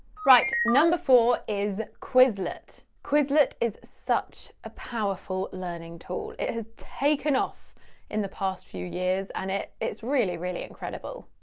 right, number four is quizlet. quizlet is such a powerful learning tool. it has taken off in the past few years and it's really, really incredible.